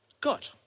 God